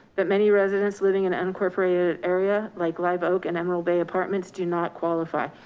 but many residents living in an unincorporated area like live oak and emerald bay apartments, do not qualify.